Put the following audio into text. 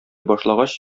башлагач